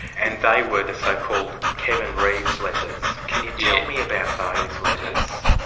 and they were the so-called kevin reeves letters. can you tell me about those letters? oh,